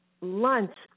Lunch